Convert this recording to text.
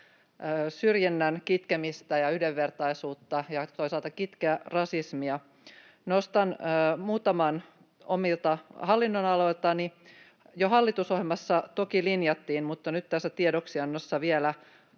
syrjinnän kitkemistä ja yhdenvertaisuutta ja toisaalta kitkeä rasismia. Nostan muutaman omilta hallinnonaloiltani: Jo hallitusohjelmassa toki linjattiin — mutta nyt tässä tiedoksiannossa vielä